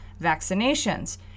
vaccinations